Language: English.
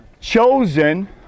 Chosen